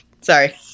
Sorry